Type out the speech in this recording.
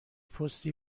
پستی